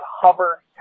hover